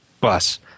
bus